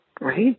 right